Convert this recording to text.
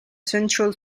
central